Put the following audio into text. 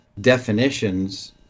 definitions